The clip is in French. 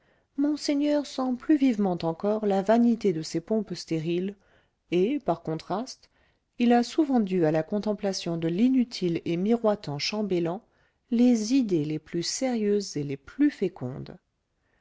monseigneur sent plus vivement encore la vanité de ces pompes stériles et par contraste il a souvent dû à la contemplation de l'inutile et miroitant chambellan les idées les plus sérieuses et les plus fécondes